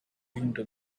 into